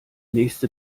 nächste